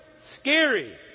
scary